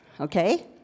Okay